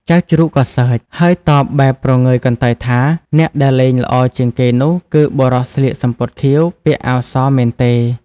ចៅជ្រូកក៏សើច ហើយតបបែបព្រងើយកន្តើយថា អ្នកដែលលេងល្អជាងគេនោះ គឺបុរសស្លៀកសំពត់ខៀវ ពាក់អាវស មែនទេ?